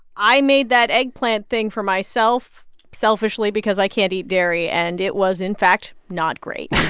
i made that eggplant thing for myself selfishly because i can't eat dairy. and it was, in fact, not great